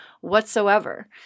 whatsoever